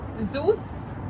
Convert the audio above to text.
Zeus